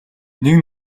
нэг